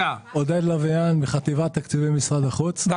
אני מחטיבת תקציבים, משרד החוץ.